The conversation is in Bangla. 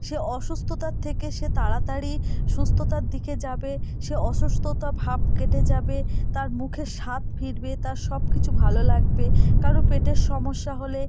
সে অসুস্থতার থেকে সে তাড়াতাড়ি সুস্থতার দিকে যাবে সে অসুস্থতা ভাব কেটে যাবে তার মুখের স্বাদ ফিরবে তার সব কিছু ভালো লাগবে কারো পেটের সমস্যা হলে